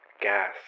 gas